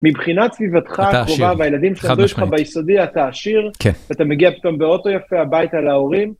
מבחינת סביבתך הקרובה והילדים שלמדו איתך ביסודי אתה עשיר, אתה מגיע פתאום באוטו יפה הביתה להורים.